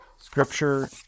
Scripture